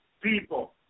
people